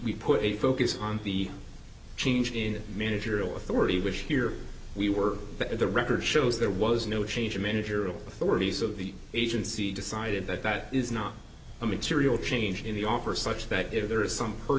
we put a focus on the change in managerial authority which here we were at the record shows there was no change of manager of authority so the agency decided that that is not a material change in the offer such that if there is some per